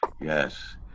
Yes